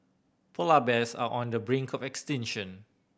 polar bears are on the brink of extinction